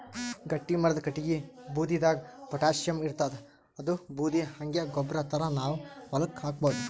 ಗಟ್ಟಿಮರದ್ ಕಟ್ಟಗಿ ಬೂದಿದಾಗ್ ಪೊಟ್ಯಾಷಿಯಂ ಇರ್ತಾದ್ ಅದೂ ಬೂದಿ ಹಂಗೆ ಗೊಬ್ಬರ್ ಥರಾ ನಾವ್ ಹೊಲಕ್ಕ್ ಹಾಕಬಹುದ್